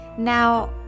Now